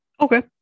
Okay